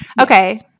okay